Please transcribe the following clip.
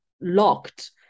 locked